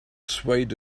swayed